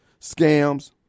scams